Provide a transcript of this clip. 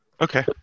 Okay